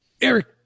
Eric